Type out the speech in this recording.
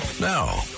Now